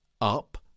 up